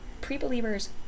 pre-believers